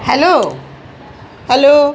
hello hello